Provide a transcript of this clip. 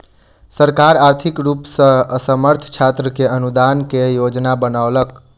सरकार आर्थिक रूप सॅ असमर्थ छात्र के अनुदान के योजना बनौलक